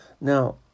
Now